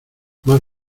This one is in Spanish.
más